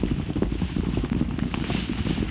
see